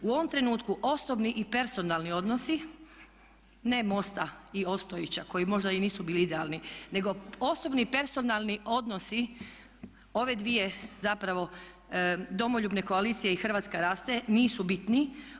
U ovom trenutku osobni i personalni odnosi, ne MOST-a i Ostojića koji možda i nisu bili idealni nego osobni i personalni odnosi ove dvije zapravo domoljubne koalicije i Hrvatska raste nisu bitni.